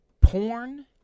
porn